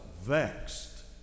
vexed